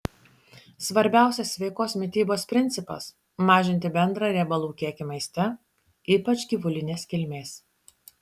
svarbiausias sveikos mitybos principas mažinti bendrą riebalų kiekį maiste ypač gyvulinės kilmės